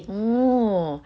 orh